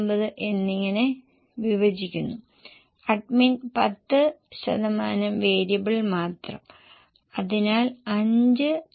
admin ചെലവിന് admin ചെലവ് 20 ശതമാനം മാത്രമാണ് അതിനാൽ 596 x 0